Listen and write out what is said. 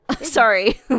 Sorry